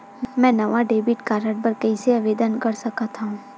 मेंहा नवा debit card बर कैसे आवेदन कर सकथव?